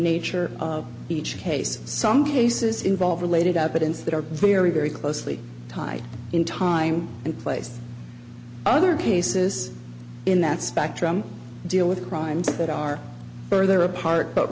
nature of each case some cases involve related up but instead are very very closely tied in time and place other places in that spectrum deal with crimes that are further apart but